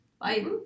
Bye